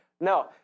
No